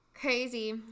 Crazy